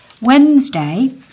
Wednesday